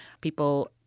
People